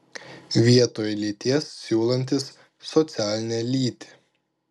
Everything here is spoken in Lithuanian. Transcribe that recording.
vietoj lyties siūlantis socialinę lytį